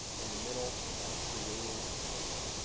in the middle i have creating and relating.